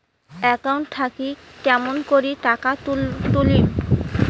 Account থাকি কেমন করি টাকা তুলিম?